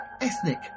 ethnic